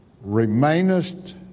remainest